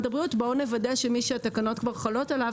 הבריאות בואו נוודא שמי שהתקנות חלות עליו,